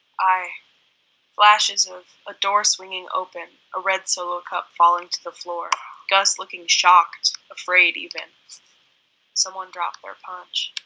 i flashes of a door swinging open a red solo cup falling to the floor gus looking shocked, afraid even. andy someone dropped their punch.